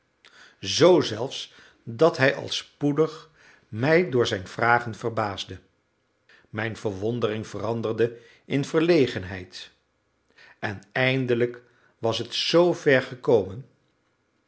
zoo zelfs dat hij al spoedig mij door zijn vragen verbaasde mijne verwondering veranderde in verlegenheid en eindelijk was het zoo ver gekomen